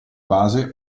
base